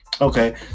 Okay